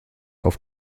auf